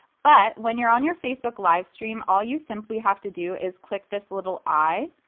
but when you're on your facebook livestream all you simply have to do is click this little eye